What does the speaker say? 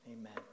Amen